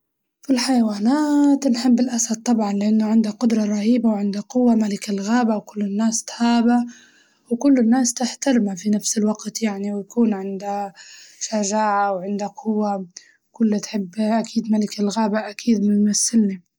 الحيوانات نحب الأسد طبعاً أنه عنده قدرة رهيبة وعنده قوة ملك الغابة وكل الناس تهابه، وكل الناس تحترمه في نفس الوقت يعني ويكون عنده شجاعة وعنده قوة وكله تحب أكيد ملك الغابة أكيد بيمسلني.